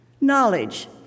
knowledge